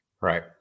Right